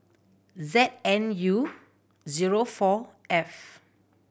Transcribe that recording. Z N U zero four F